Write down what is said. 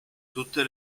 tutte